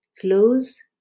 Close